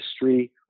history